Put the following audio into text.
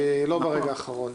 לא ברגע האחרון.